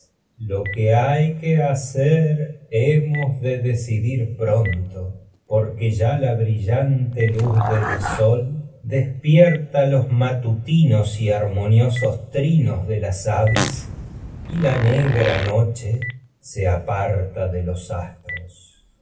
dir que hay hacer hemos de deci luz pronto porque ya la brillante del sol despierta tragedias de sófocles los matutinos y armoniosos trinos de las aves y la ne gra noche se aparta de los astros